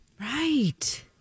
Right